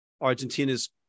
Argentina's